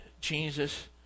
Jesus